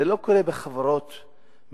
זה לא קורה בחברות מתורבתות.